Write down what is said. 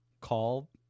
call